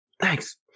Thanks